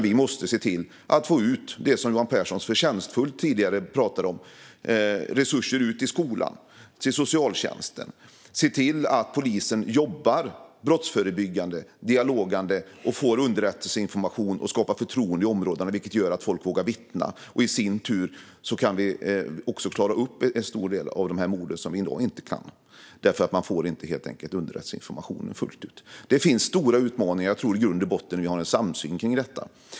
Vi måste, som Johan Pehrson tidigare förtjänstfullt pratade om, se till att få ut resurser till skola och socialtjänst och se till att polisen jobbar brottsförebyggande och genom dialog, får underrättelseinformation och skapar förtroende i områdena så att folk vågar vittna. Då kan vi klara upp en stor del av de mord som i dag inte klaras upp därför att man helt enkelt inte fullt ut får underrättelseinformation. Det finns stora utmaningar. Jag tror att vi i grund och botten har en samsyn kring detta.